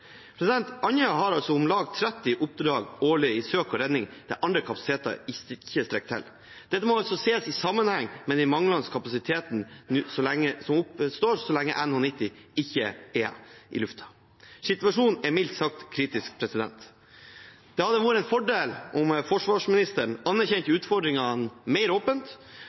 Andøya har om lag 30 oppdrag årlig i søk og redning der andre kapasiteter ikke strekker til. Dette må ses i sammenheng med den manglende kapasiteten som oppstår så lenge NH90 ikke er i lufta. Situasjonen er mildt sagt kritisk. Det hadde vært en fordel om forsvarsministeren anerkjente utfordringene mer åpent